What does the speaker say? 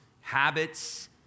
habits